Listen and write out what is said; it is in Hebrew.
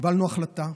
קיבלנו החלטה,